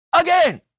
again